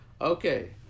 Okay